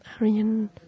Aryan